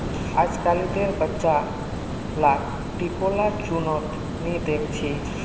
अजकालितेर बच्चा लाक टिकोला चुन त नी दख छि